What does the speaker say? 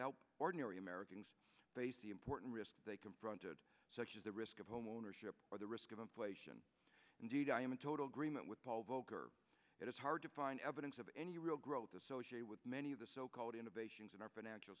help ordinary americans face the important risk they confronted such as the risk of homeownership or the risk of inflation indeed i am in total agreement with paul volcker it is hard to find evidence of any real growth associated with many of the so called innovations in our financial